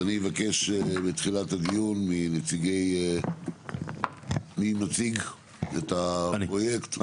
אז אני אבקש בתחילת הדיון מנציגי מי מציג את הפרויקט?